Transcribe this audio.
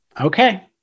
okay